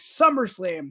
SummerSlam